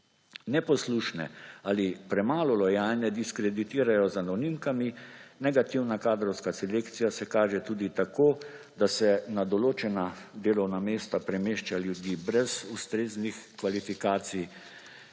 Neposlušne ali premalo lojalne diskreditirajo z anonimkami, negativna kadrovska selekcija se kaže tudi tako, da se na določena delovna mesta premešča ljudi brez ustreznih kvalifikacij,